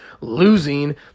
losing